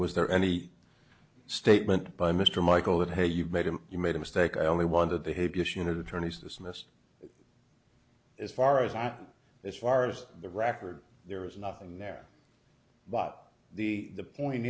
was there any statement by mr michael that hey you made him you made a mistake i only wanted the attorneys dismissed as far as i'm as far as the record there was nothing there but the the point